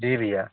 जी भैया